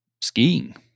Skiing